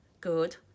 good